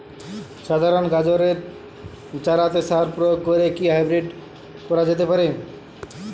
সাধারণ গাজরের চারাতে সার প্রয়োগ করে কি হাইব্রীড করা যেতে পারে?